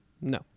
No